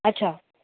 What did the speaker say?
अछा